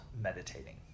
meditating